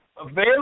Available